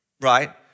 right